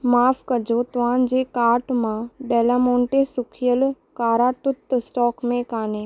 माफ़ कजो तव्हांजे कार्ट मां डेलामोंटे सुखियल कारा तूत स्टॉक में कोन्हे